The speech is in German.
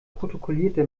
protokollierte